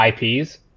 IPs